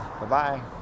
Bye-bye